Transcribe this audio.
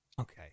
Okay